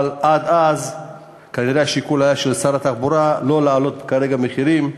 אבל עד אז כנראה השיקול של שר התחבורה היה לא להעלות כרגע מחירים,